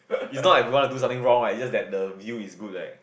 is not like we want to do something wrong right is just that the view is good leh